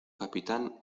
capitán